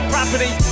Property